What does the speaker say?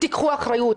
תיקחו אחריות.